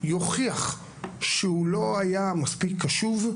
יוכיח שהוא לא היה מספיק קשוב,